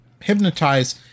hypnotize